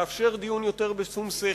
לאפשר דיון יותר בשום שכל,